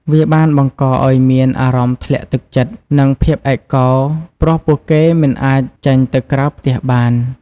វាបានបង្កឱ្យមានអារម្មណ៍ធ្លាក់ទឹកចិត្ត និងភាពឯកោ ព្រោះពួកគេមិនអាចចេញទៅក្រៅផ្ទះបាន។